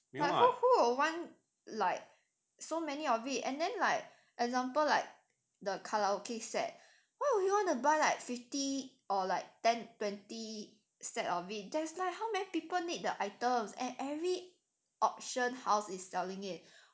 like who who will want like so many of it and then like example like the karaoke set why would you buy like fifty or like ten twenty set of it there's like how many people need the items and every auction house is selling it